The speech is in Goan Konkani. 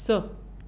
स